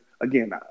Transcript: again